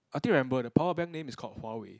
I think I remember the power bank name is called Huawei